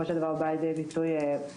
של דבר היא לא באה לידי ביטוי בחוק.